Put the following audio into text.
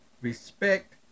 respect